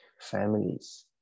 families